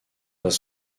pas